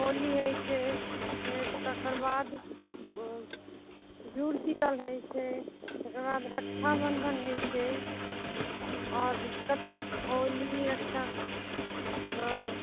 होली होइ छै तकर बाद रक्षा बन्धन होइ छै तकर बाद रक्षाबंधन होइ छै आओर होली हाँ